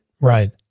Right